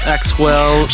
Axwell